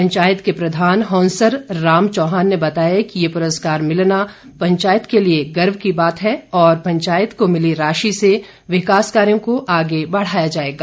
पंचायत के प्रधान हौंसर राम चौहान ने बताया कि यह पुरस्कार मिलना पंचायत के लिए गर्व की बात है और पंचायत को मिली राशि से विकास कार्यो को आगे बढ़ाया जाएगा